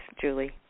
Julie